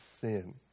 sin